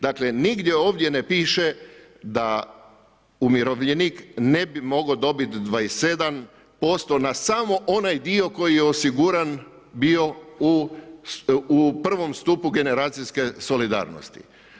Dakle, nigdje ovdje ne piše da umirovljenik ne bi mogao dobiti 27% na samo onaj dio koji je osiguran bio u prvom stupu generacijske solidarnosti.